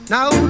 Now